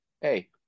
hey